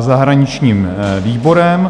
zahraničním výborem.